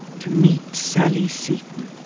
to meet sally seton.